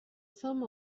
some